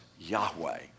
Yahweh